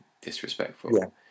disrespectful